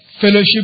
fellowship